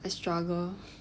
I struggle